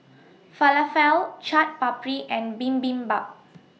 Falafel Chaat Papri and Bibimbap